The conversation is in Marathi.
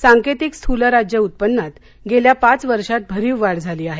सांकेतिक स्थूल राज्य उत्पन्नात गेल्या पाच वर्षात भरीव वाढ झाली आहे